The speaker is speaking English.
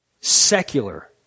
Secular